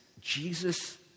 Jesus